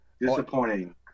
Disappointing